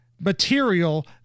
material